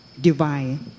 Divine